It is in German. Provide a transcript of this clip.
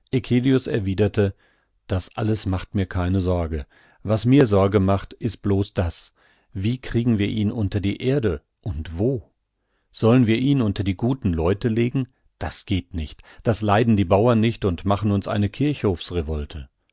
erwiderte das alles macht mir keine sorge was mir sorge macht ist blos das wie kriegen wir ihn unter die erde und wo sollen wir ihn unter die guten leute legen das geht nicht das leiden die bauern nicht und machen uns eine